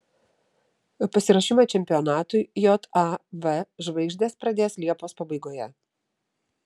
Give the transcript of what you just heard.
pasiruošimą čempionatui jav žvaigždės pradės liepos pabaigoje